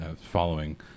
following